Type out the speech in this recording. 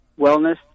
wellness